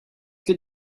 good